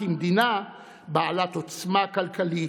כמדינה בעלת עוצמה כלכלית,